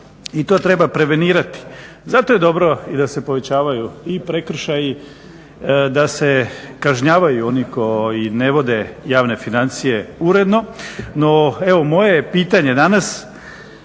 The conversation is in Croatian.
i to treba prevenirati. Zato jer dobro i da se povećavaju i prekršaji, da se kažnjavaju oni koji ne vode javne financije uredno. No evo moje je pitanje danas